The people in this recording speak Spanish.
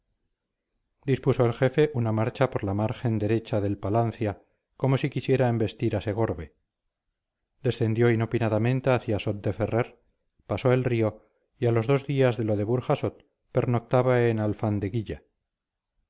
dispuso el jefe una marcha por la margen derecha del palancia como si quisiera embestir a segorbe descendió inopinadamente hasta sot de ferrer pasó el río y a los dos días de lo de burjasot pernoctaba en alfandeguilla